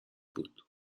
بود